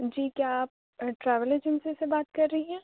جی کیا آپ travel agency سے بات کر رہی ہیں